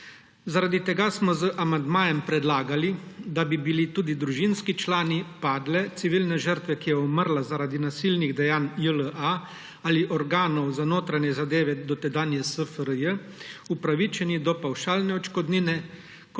Zaradi tega smo z amandmajem predlagali, da bi bili tudi družinski člani padle civilne žrtve, ki je umrla zaradi nasilnih dejanj JLA ali organov za notranje zadeve dotedanje SFRJ, upravičeni do pavšalne odškodnine,